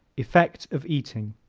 effect of eating